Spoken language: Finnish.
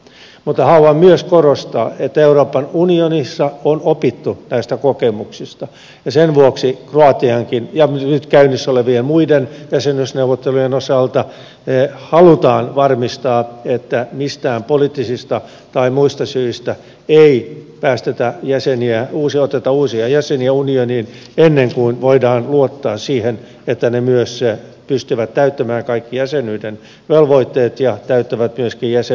mutta haluan myös korostaa että euroopan unionissa on opittu näistä kokemuksista ja sen vuoksi kroatiankin ja nyt käynnissä olevien muiden jäsenyysneuvottelujen osalta halutaan varmistaa että mistään poliittisista tai muista syistä ei oteta uusia jäseniä unioniin ennen kuin voidaan luottaa siihen että ne myös pystyvät täyttämään kaikki jäsenyyden velvoitteet ja täyttävät myöskin jäsenyyden kriteerit